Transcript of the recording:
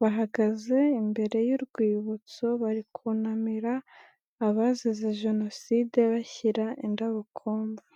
bahagaze imbere y'urwibutso bari kunamira abazize Jenoside bashyira indabo ku mva.